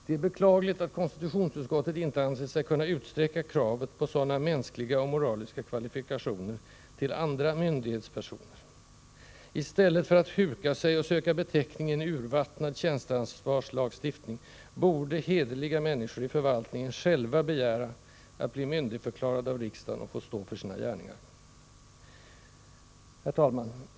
Det är beklagligt att konstitutionsutskottet inte ansett sig kunna utsträcka kravet på sådana mänskliga och moraliska kvalifikationer till andra myndighetspersoner. I stället för att huka sig och söka betäckning i en urvattnad tjänsteansvarslagstiftning borde hederliga människor i förvaltningen själva begära att bli myndigförklarade av riksdagen och få stå för sina gärningar. Herr talman!